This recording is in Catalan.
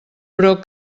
però